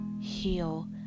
Heal